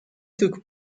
took